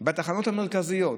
בתחנות המרכזיות,